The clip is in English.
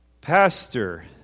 Pastor